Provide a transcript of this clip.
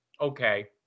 Okay